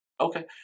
Okay